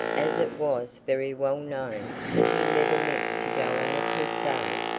as it was very well known that he never meant to go on a crusade,